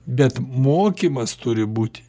bet mokymas turi būti